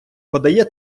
подає